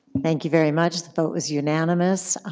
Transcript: thank you very much. the vote was unanimous,